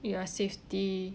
ya safety